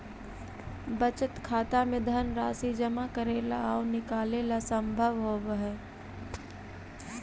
बचत खाता में धनराशि जमा करेला आउ निकालेला संभव होवऽ हइ